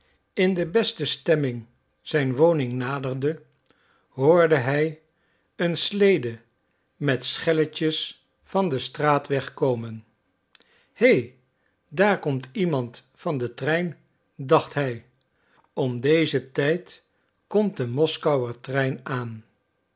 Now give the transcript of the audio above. in de beste stemming zijn woning naderde hoorde hij een slede met schelletjes van den straatweg komen he daar komt iemand van den trein dacht hij om dezen tijd komt de moskouer trein aan